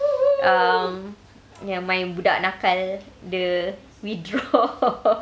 um ya my budak nakal dia withdraw